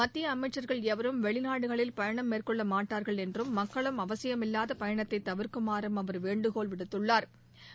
மத்திய அமைச்சர்கள் எவரும் வெளிநாடுகளில் பயணம் மேற்கொள்ள மாட்டார்கள் என்றும் மக்களும் அவசியமில்லாத பயணத்தை தவிர்க்குமாறும் அவர் வேண்டுகோள் விடுத்துள்ளாா்